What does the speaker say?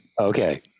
Okay